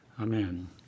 Amen